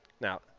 now